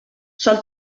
sol